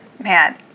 Man